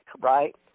right